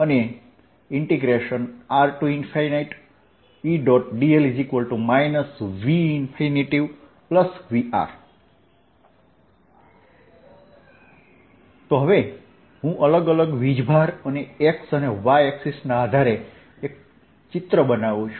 dl VV તો હવે હું અલગ અલગ વીજભાર અને X અને Y એક્સિસના આધારે એક ચિત્ર બનાવું છું